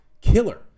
killer